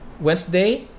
wednesday